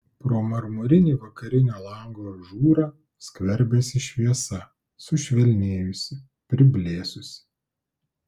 pro marmurinį vakarinio lango ažūrą skverbėsi šviesa sušvelnėjusi priblėsusi